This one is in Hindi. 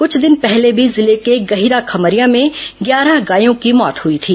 कुछ दिन पहले भी जिले के गहिरा खमरिया में ग्यारह गायों की मौत हुई थी